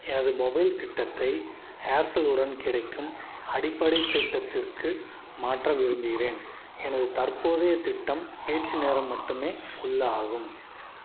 எனது மொபைல் திட்டத்தை ஏர்செல் உடன் கிடைக்கும் அடிப்படை திட்டத்திற்கு மாற்ற விரும்புகிறேன் எனது தற்போதைய திட்டம் பேச்சு நேரம் மட்டுமே உள்ள ஆகும்